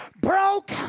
broke